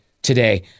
today